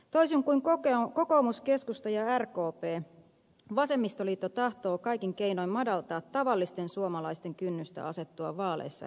toisin kuin kokoomus keskusta ja rkp vasemmistoliitto tahtoo kaikin keinoin madaltaa tavallisten suomalaisten kynnystä asettua vaaleissa ehdolle